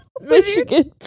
Michigan